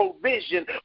provision